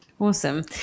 awesome